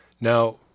Now